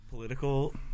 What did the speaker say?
Political